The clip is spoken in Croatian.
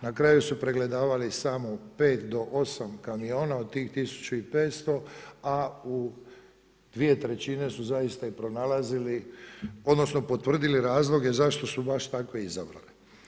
Na kraju su pregledavali samo u pet do osam kamiona od tih 1500, a u dvije trećine su zaista i pronalazili odnosno potvrdili razloge zašto su baš takve izabrali.